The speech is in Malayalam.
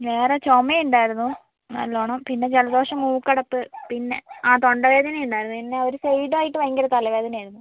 വേറെ ചുമയുണ്ടായിരുന്നു നല്ലോണം പിന്നെ ജലദോഷം മൂക്കടപ്പ് പിന്നെ തൊണ്ട വേദനയുണ്ടായിരുന്നു പിന്നെ ഒരു സൈഡായിട്ട് ഭയങ്കര തലവേദനയായിരുന്നു